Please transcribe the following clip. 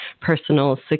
personal